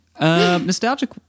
nostalgic